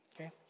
Okay